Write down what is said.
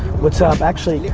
what's up, actually,